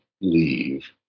leave